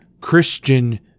Christian